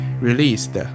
released